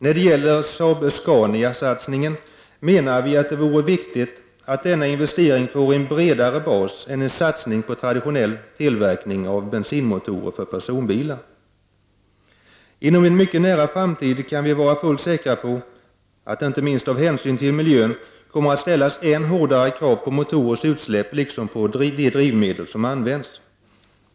När det gäller satsningen på Saab-Scania menar vi att det är viktigt att denna investering får en bredare bas än en satsning på traditionell tillverkning av bensinmotorer för personbilar. Inom en mycket nära framtid kan vi vara säkra på att det inte minst av hänsyn till miljön kommer att ställas än hårdare krav på motorernas utsläpp liksom på de drivmedel som används.